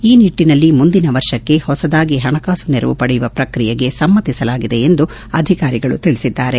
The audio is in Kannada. ಈ ನಿಟ್ಟನಲ್ಲಿ ಮುಂದಿನ ವರ್ಷಕ್ಕೆ ಹೊಸದಾಗಿ ಹಣಕಾಸು ನೆರವು ಪಡೆಯುವ ಪ್ರಕ್ರಿಯೆಗೆ ಸಮ್ಮತಿಸಲಾಗಿದೆ ಎಂದು ಅಧಿಕಾರಿಗಳು ತಿಳಿಸಿದ್ದಾರೆ